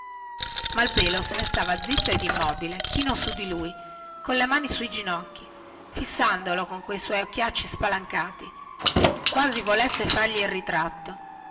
fiammata malpelo se ne stava zitto ed immobile chino su di lui colle mani sui ginocchi fissandolo con quei suoi occhiacci spalancati come se volesse fargli il ritratto